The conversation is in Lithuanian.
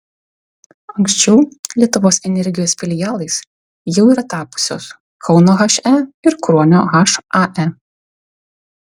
anksčiau lietuvos energijos filialais jau yra tapusios kauno he ir kruonio hae